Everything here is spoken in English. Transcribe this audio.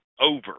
over